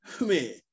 Man